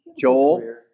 Joel